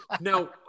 Now